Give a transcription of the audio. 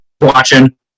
watching